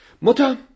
Mutter